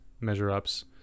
measure-ups